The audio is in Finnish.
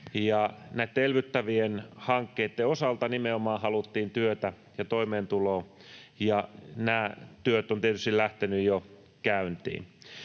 näitten elvyttävien hankkeiden osalta nimenomaan haluttiin työtä ja toimeentuloa, ja nämä työt ovat tietysti lähteneet jo käyntiin.